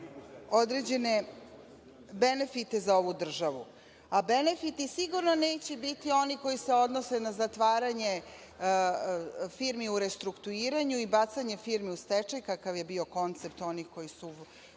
određene benefite za ovu državu, a benefiti sigurno neće biti oni koji se odnose na zatvaranje firmi u restrukturiranju i bacanje firmi u stečaj, kakav je bio koncept onih koji su